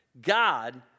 God